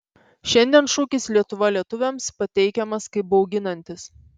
šiandien šūkis lietuva lietuviams pateikiamas kaip bauginantis